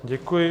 Děkuji.